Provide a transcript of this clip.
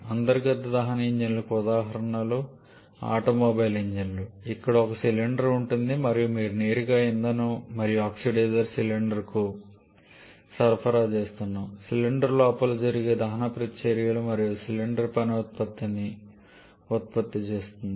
అంతర్గత దహన ఇంజిన్లకు ఉదాహరణలు ఆటోమొబైల్ ఇంజన్లు ఇక్కడ మీకు ఒక సిలిండర్ ఉంటుంది మరియు మీరు నేరుగా మీ ఇంధనం మరియు ఆక్సిడైజర్ను సిలిండర్కు సరఫరా చేస్తున్నారు సిలిండర్ లోపల జరిగే దహన ప్రతిచర్యలు మరియు సిలిండర్ పని ఉత్పత్తిని ఉత్పత్తి చేస్తుంది